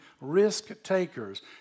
risk-takers